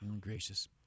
Gracious